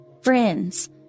friends